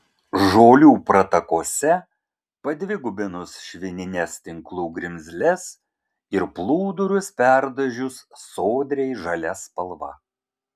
žolių pratakose padvigubinus švinines tinklų grimzles ir plūdurus perdažius sodriai žalia spalva